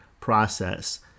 process